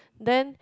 then